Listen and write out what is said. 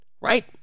Right